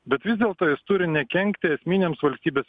bet vis dėlto jis turi nekenkti esminiams valstybės